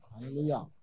Hallelujah